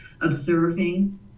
observing